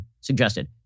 suggested